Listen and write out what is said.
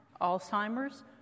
Alzheimer's